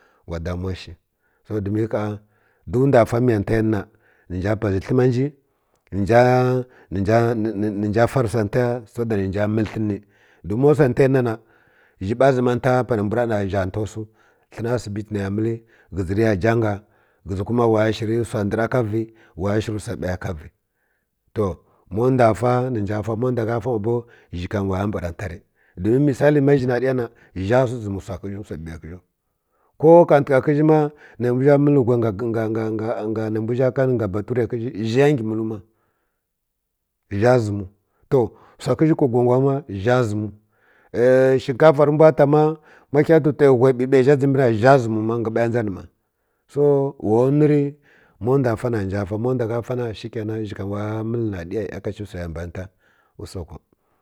Wa da muda shi so domin gha don ndw fa miya ntaya na nə nja buʒə dləma nji nə nja nə nju nə nja fari wsa ntagu so da nə nja məl hən nə don ma wsai ntaya nə na zhi ba zoma nta pa nə mbw rə ɗa na zha nto wsid hən asibi tə nə ya məl ghə zi riya danga ghə zi kuma wa ya shiri wsu ndra ka vi wa ya shir wsai by ya ka vi to mow ndw fa nə nja ma ndw gha fa ma bow zhi pam wa mbara ntarə don misila ma zhi na ɗaya na zhi zəm ɓəm wsa ghə ziw wsa bə bəi ghə ziw ko khleka ghə zi ma nə mbw zi mə whai nga nga nga nə mbaw zha ka nga baturə ghə zi zha ka nga buturə ghə zi zha ngə mələw ma zha zəmid to wsa ghə zi kwa gogwang ma zha zəmiw ai shika fa rə mbw ta ma ma ghə twi twə whai bəbʒi zha dʒibi na zha zəmiw domin nga ba ya dʒa nə mma’ so wa ya nurə ma ndwe fa na nə nja fa ma ndo gha fana shikena wa ya məl na ɗa ya iya kace wsa ya mban nta usako.